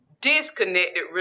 disconnected